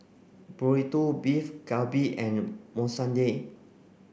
Burrito Beef Galbi and Monsunabe